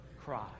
cry